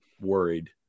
worried